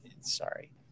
sorry